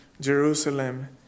Jerusalem